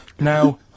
Now